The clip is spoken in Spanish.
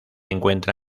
encuentra